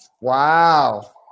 Wow